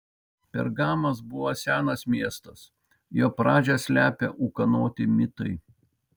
pergamas buvo senas miestas jo pradžią slepia ūkanoti mitai